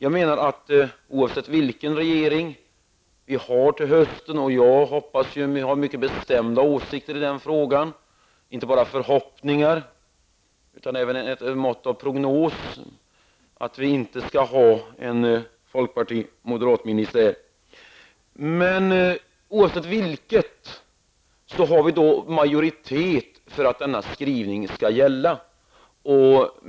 Jag har mycket bestämda åsikter i frågan om vilken regering vi skall ha i höst -- inte bara förhoppningar utan även ett mått av prognos -- att vi inte skall ha en folkparti-moderatministär. Men oavsett vilket, finns det majoritet för att denna skrivning skall gälla.